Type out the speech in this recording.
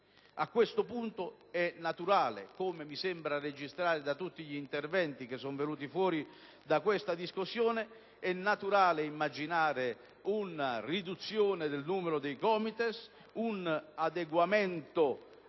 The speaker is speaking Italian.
A questo punto è naturale, come mi sembra di registrare da tutti gli interventi che sono stati svolti in tale discussione, immaginare una riduzione del numero dei COMITES, un adeguamento